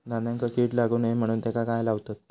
धान्यांका कीड लागू नये म्हणून त्याका काय लावतत?